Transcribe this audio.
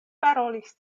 parolis